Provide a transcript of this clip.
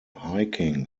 hiking